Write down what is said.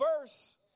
verse